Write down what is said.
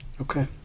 Okay